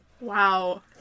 Wow